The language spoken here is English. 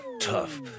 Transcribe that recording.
tough